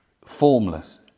Formless